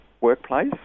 workplace